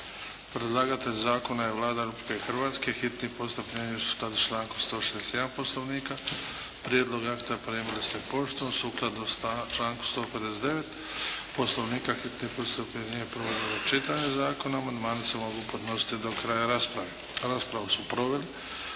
Predlagatelj zakona je Vlada Republike Hrvatske. Hitni postupak primjenjuje se u skladu s člankom 161. Poslovnika. Prijedlog akta primili ste poštom sukladno članku 159. Poslovnika. Hitni postupka objedinjuje prvo i drugo čitanje Zakona. Amandmani se mogu podnositi do kraja rasprave. Raspravu su proveli